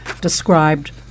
described